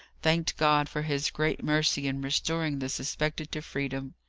thanked god for his great mercy in restoring the suspected to freedom.